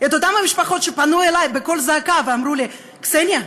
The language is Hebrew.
את אותן המשפחות שפנו אלי בקול זעקה ואמרו לי: קסניה,